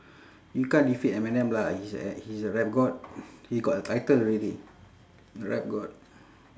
you can't defeat eminem lah he's a he's a rap god he got the title already rap god